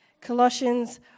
Colossians